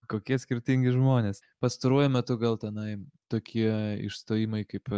kokie skirtingi žmonės pastaruoju metu gal tenai tokie išstojimai kaip